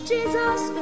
Jesus